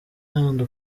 n’ibyo